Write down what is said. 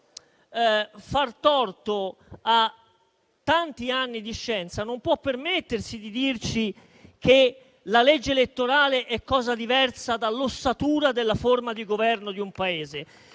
senza far torto a tanti anni di scienza, non può permettersi di dirci che la legge elettorale è cosa diversa dall'ossatura della forma di governo di un Paese.